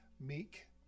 meek